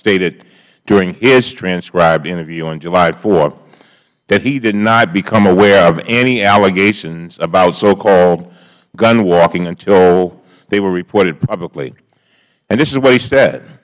stated during his transcribed interview on julyhth that he did not become aware of any allegations about socalled gun walking until they were reported publicly and this is what he said